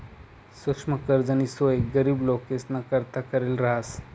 सुक्ष्म कर्जनी सोय गरीब लोकेसना करता करेल रहास